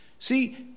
See